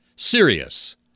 serious